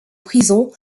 prison